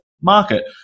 market